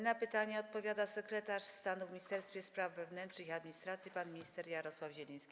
Na pytania odpowiada sekretarz stanu w Ministerstwie Spraw Wewnętrznych i Administracji pan minister Jarosław Zieliński.